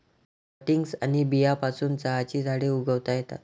cuttings आणि बियांपासून चहाची झाडे उगवता येतात